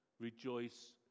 rejoice